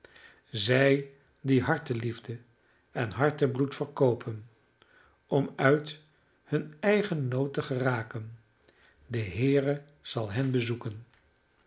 zij die harteliefde en hartebloed verkoopen om uit hun eigen nood te geraken de heere zal hen bezoeken